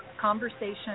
conversation